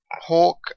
Hawk